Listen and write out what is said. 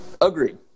Agreed